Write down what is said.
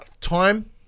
time